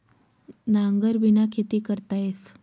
नांगरबिना खेती करता येस